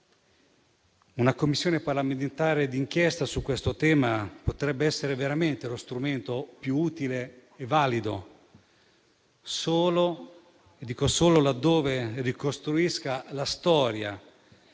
Una Commissione parlamentare d'inchiesta su questo tema potrebbe essere veramente lo strumento più utile e valido solo - e ripeto solo - laddove ricostruisse la storia